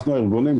אנחנו הארגונים,